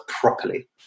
properly